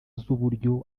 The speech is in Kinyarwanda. z’uburyo